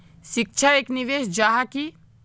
शिक्षा एक निवेश जाहा की?